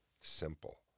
Simple